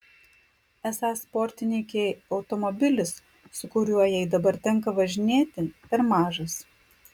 esą sportininkei automobilis su kuriuo jai dabar tenka važinėti per mažas